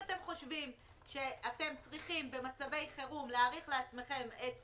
כשאתם מאריכים לעצמכם את השומה,